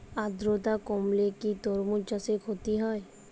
আদ্রর্তা কমলে কি তরমুজ চাষে ক্ষতি হয়?